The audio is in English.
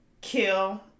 kill